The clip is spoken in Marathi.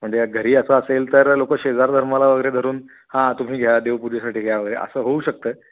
म्हणजे घरी असं असेल तर लोकं शेजार धर्माला वगैरे करून हां तुम्ही घ्या देवपूजेसाठी घ्या वगैरे असं होऊ शकतं